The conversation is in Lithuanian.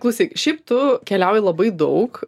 klausyk šiaip tu keliauji labai daug